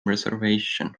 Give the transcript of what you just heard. reservation